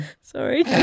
Sorry